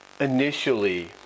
initially